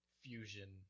fusion